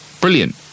brilliant